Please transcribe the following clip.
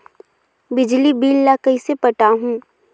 बिजली बिल ल कइसे पटाहूं?